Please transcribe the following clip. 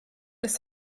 ist